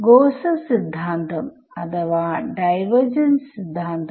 Gauss's സിദ്ധാന്തം Gausss theorem അഥവാ divergence സിദ്ധാന്തം